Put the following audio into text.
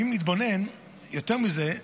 אם נתבונן יותר מזה,